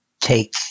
take